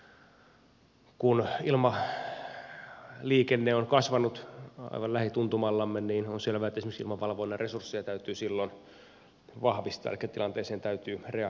on selvää kun ilmaliikenne on kasvanut aivan lähituntumallamme että esimerkiksi ilmavalvonnan resursseja täytyy silloin vahvistaa elikkä tilanteeseen täytyy reagoida